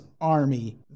army